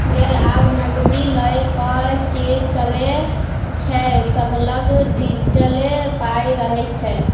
गै आब नगदी लए कए के चलै छै सभलग डिजिटले पाइ रहय छै